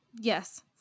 Yes